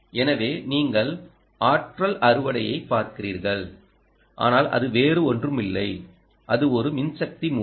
எனவே நீங்கள் ஆற்றல் அறுவடையைப் பார்க்கிறீர்கள் ஆனால் அது வேறு ஒன்றும் இல்லை அது ஒரு மின்சக்தி மூலம்